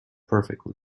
perfectly